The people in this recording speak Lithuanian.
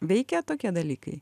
veikia tokie dalykai